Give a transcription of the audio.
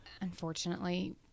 unfortunately